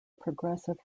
progressive